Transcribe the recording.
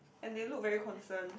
and they look very concerned